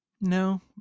No